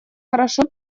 хорошо